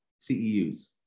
CEUs